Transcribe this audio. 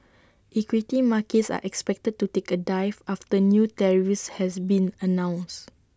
equity markets are expected to take A dive after new tariffs has been announced